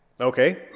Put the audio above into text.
Okay